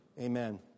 amen